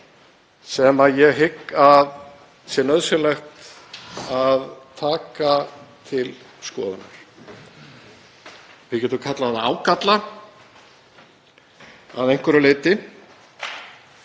sem ég hygg að nauðsynlegt sé að taka til skoðunar. Við getum kallað það ágalla að einhverju leyti